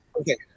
Okay